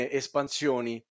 espansioni